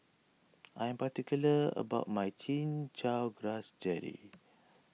I am particular about my Chin Chow Grass Jelly